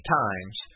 times